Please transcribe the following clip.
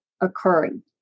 occurring